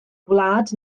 gwlad